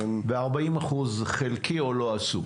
ו-40% חלקי או לא עשו?